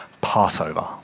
Passover